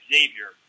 Xavier